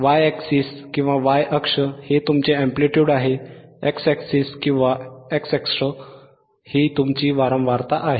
Y अक्ष हे तुमचे एंप्लिट्युड आहे x अक्ष ही तुमची वारंवारता आहे